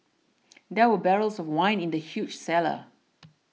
there were barrels of wine in the huge cellar